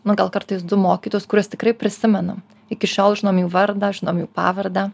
na gal kartais du mokytojus kuriuos tikrai prisimenam iki šiol žinom jų vardą žinom jų pavardę